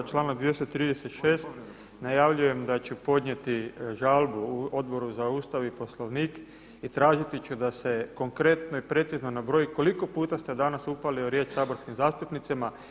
Članak 236. najavljujem da će podnijeti žalbu Odboru za Ustav i Poslovnik i tražiti ću da se konkretno i precizno nabroji koliko puta ste danas upali u riječ saborskim zastupnicima.